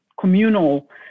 communal